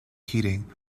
heating